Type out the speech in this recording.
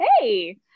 hey